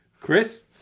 Chris